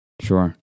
Sure